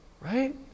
right